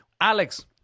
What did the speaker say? Alex